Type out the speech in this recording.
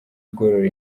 igorora